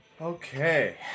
Okay